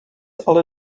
ale